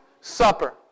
Supper